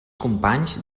companys